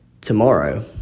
tomorrow